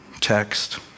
text